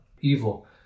evil